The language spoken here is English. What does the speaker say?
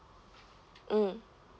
mm